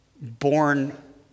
born